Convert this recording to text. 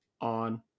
on